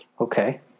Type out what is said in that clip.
Okay